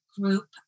group